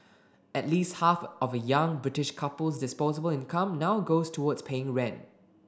at least half of a young British couple's disposable income now goes towards paying rent